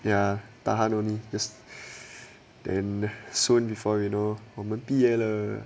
ya tahan only just then soon before you know 我们毕业了